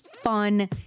fun